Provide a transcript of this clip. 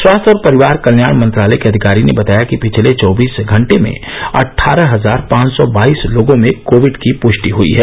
स्वास्थ्य और परिवार कल्याण मंत्रालय के अधिकारी ने बताया कि पिछले चौबीस घंटे में अट्ठारह हजार पांच सौ बाईस लोगों में कोविड की पृष्टि हई है